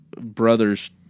brothers